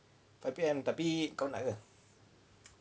five P_M tapi kau nak ke